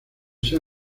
sea